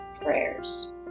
prayers